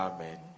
Amen